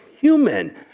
human